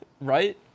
Right